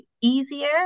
easier